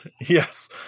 Yes